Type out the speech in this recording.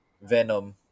Venom